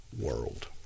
World